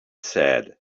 said